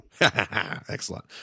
Excellent